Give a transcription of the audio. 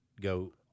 go